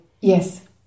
yes